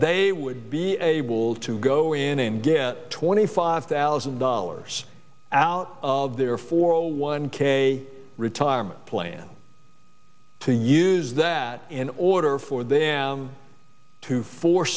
they would be able to go in and get twenty five thousand dollars out of their four hundred one k retirement plan to use that in order for them to